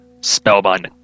spellbinding